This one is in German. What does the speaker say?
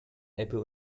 ebbe